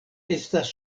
estas